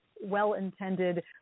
well-intended